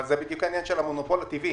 אבל זה בדיוק העניין של המונופול הטבעי.